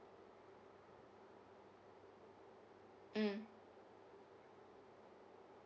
mm